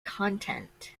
content